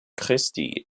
christi